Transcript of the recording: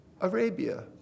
Arabia